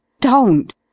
Don't